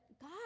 God